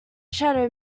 shadow